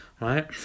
right